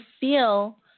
feel